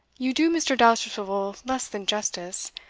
you do mr. dousterswivel less than justice.